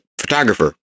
photographer